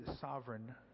sovereign